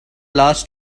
last